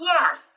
Yes